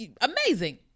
amazing